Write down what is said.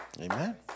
Amen